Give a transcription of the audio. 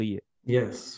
Yes